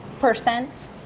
percent